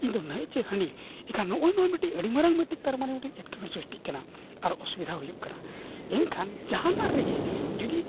ᱤᱧᱫᱚ ᱱᱩᱭ ᱪᱮ ᱦᱟᱹᱱᱤ ᱮᱱᱠᱷᱟᱱ ᱱᱚᱜᱼᱚᱭ ᱱᱚᱣᱟ ᱢᱤᱫᱴᱤᱡ ᱟᱹᱰᱤ ᱢᱟᱨᱟᱝ ᱢᱤᱫᱴᱤᱡ ᱛᱟᱨᱢᱟᱱᱮ ᱢᱤᱫᱴᱤᱡ ᱮᱴᱠᱮᱴᱚᱬᱮ ᱥᱨᱤᱥᱴᱤᱜ ᱠᱟᱱᱟ ᱟᱨ ᱚᱥᱩᱵᱤᱫᱷᱟ ᱦᱩᱭᱩᱜ ᱠᱟᱱᱟ ᱮᱱᱠᱷᱟᱱ ᱡᱟᱦᱟᱱᱟᱜ ᱨᱮᱜᱮ ᱡᱩᱫᱤ